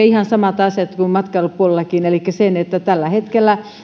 ihan samat asiat kuin matkailupuolellakin elikkä tällä hetkellä